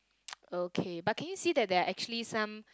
okay but can you see that are actually some